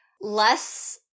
less